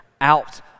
out